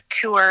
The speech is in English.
Tour